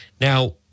now